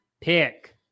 pick